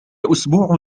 أسبوع